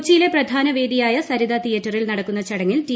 കൊച്ചിയിലെ പ്രധാനു വേദിയായ സരിത തീയേറ്ററിൽ നടക്കുന്ന ചടങ്ങിൽ ടി